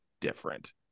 different